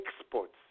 exports